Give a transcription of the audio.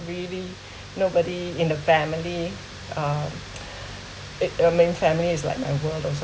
really nobody in the family uh it I mean family is like I'm go out also